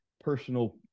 personal